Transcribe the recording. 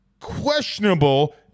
questionable